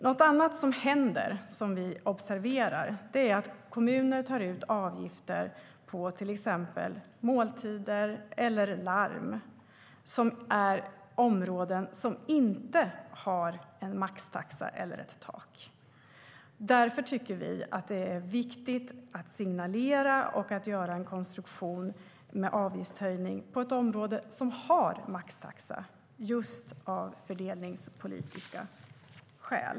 Något annat som vi har observerat är att kommuner tar ut avgifter på till exempel måltider eller larm - områden som inte har en maxtaxa eller ett tak. Därför tycker vi att det är viktigt att signalera och göra en konstruktion med avgiftshöjning på ett område som har en maxtaxa - just av fördelningspolitiska skäl.